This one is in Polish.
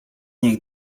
niech